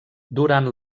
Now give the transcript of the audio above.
durant